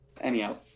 Anyhow